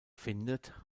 findet